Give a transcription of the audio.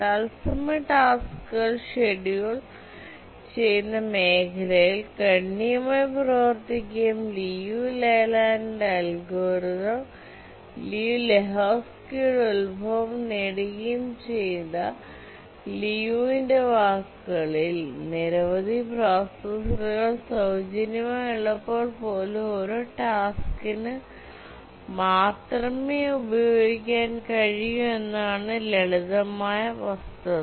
തത്സമയ ടാസ്ക്കുകൾ ഷെഡ്യൂൾ ചെയ്യുന്ന മേഖലയിൽ ഗണ്യമായി പ്രവർത്തിക്കുകയും ലിയു ലെയ്ലാൻഡിന്റെ അൽഗോരിതംLiu Layland's algorithms ലിയു ലെഹോസ്കിയുടെ ഉത്ഭവം നേടുകയും ചെയ്ത ലിയുവിന്റെ വാക്കുകളിൽ നിരവധി പ്രോസസ്സറുകൾ സൌജന്യമായി ഉള്ളപ്പോൾ പോലും ഒരു ടാസ്ക്കിന് 1 പ്രോസസർ മാത്രമേ ഉപയോഗിക്കാൻ കഴിയൂ എന്നതാണ് ലളിതമായ വസ്തുത